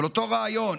אבל אותו רעיון.